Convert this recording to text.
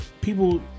people